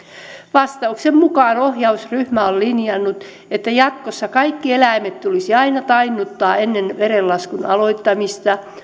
vastauksen mukaan ohjausryhmä on linjannut että jatkossa kaikki eläimet tulisi aina tainnuttaa ennen verenlaskun aloittamista